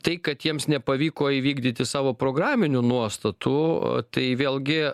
tai kad jiems nepavyko įvykdyti savo programinių nuostatų tai vėlgi